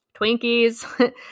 Twinkies